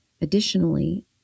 Additionally